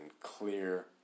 clear